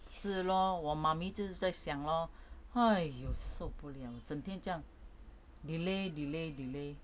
是 lor 我 mummy 就是在想 lor !aiyo! 受不了整天这样 delay delay delay